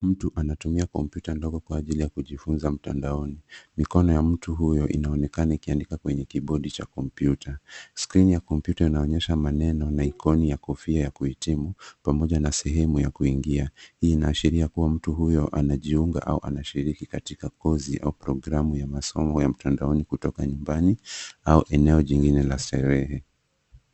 Mtu anatumia kompyuta ndogo kwa ajili ya kujifunza mtandaoni. Mikono ya mtu huyo inaonekana ikiandika kwenye kiibodi cha kompyuta. Skrini ya kompyuta inaonyesha maneno na ikoni ya kofia ya kuhitimu pamoja na sehemu ya kuingia. Hii inaashiria kuwa mtu huyo anajiunga au anashiriki katika kozi au programu ya masomo ya mtandaoni kutoka nyumbani au eneo jingine la starehe.